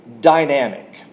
dynamic